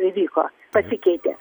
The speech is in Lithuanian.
įvyko pasikeitė